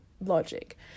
logic